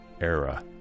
era